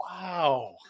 wow